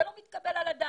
זה לא מתקבל על הדעת.